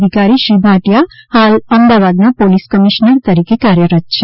અધિકારી શ્રી ભાટિયા હાલ અમદાવાદના પોલિસ કમિશ્નર તરીકે કાર્યરત છે